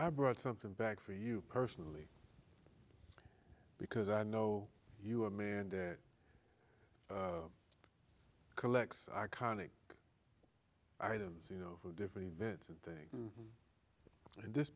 i brought something back for you personally because i know you are a man that collects iconic items you know for different events and things in this